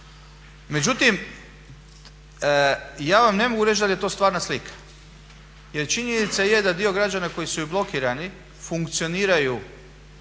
Međutim, ja vam ne mogu reći da li je to stvarna slika jer činjenica je da dio građana koji su blokirani funkcioniraju